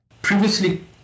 Previously